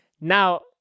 Now